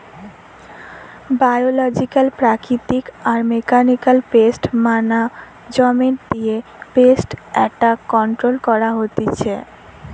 biological প্রাকৃতিক আর mechanical pest management দিয়ে পেস্ট এট্যাক কন্ট্রোল করা হতিছে